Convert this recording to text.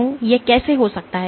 ये केसे हो सकता हे